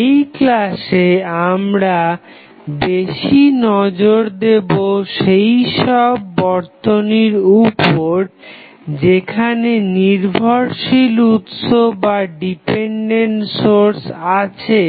এই ক্লাসে আমরা বেশি নজর দেবো সেই সব বর্তনীর উপর যেখানে নির্ভরশীল উৎস আছে